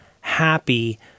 happy